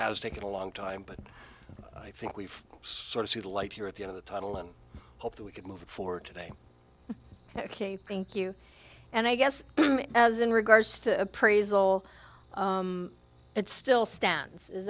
has taken a long time but i think we've sort of see the light here at the end of the tunnel and hope that we can move forward today ok thank you and i guess as in regards to appraisal it still stands is